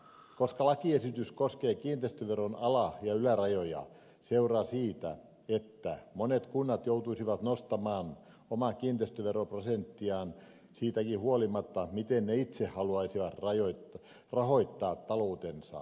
koska lakiesitys koskee kiinteistöveron ala ja ylärajoja seuraa siitä että monet kunnat joutuisivat nostamaan omaa kiinteistöveroprosenttiaan siitäkin huolimatta miten ne itse haluaisivat rahoittaa taloutensa